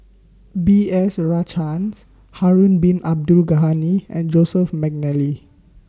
B S Rajhans Harun Bin Abdul Ghani and Joseph Mcnally